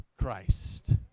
Christ